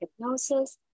Hypnosis